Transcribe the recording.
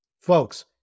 Folks